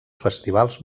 festivals